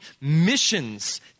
Missions